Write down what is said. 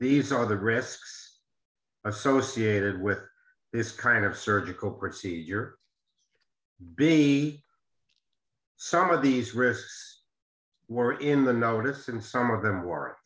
these are the risks associated with this kind of surgical procedure be some of these risks were in the notice in some of them or